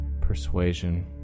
persuasion